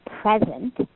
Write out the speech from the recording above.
present